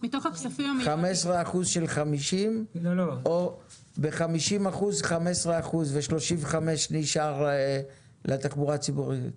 15% של 50 או ב-50% 15% ו-35% נשאר לתחבורה הציבורית?